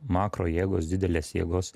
makro jėgos didelės jėgos